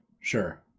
Sure